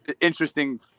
Interesting